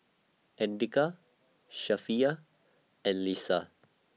Andika Safiya and Lisa